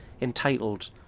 entitled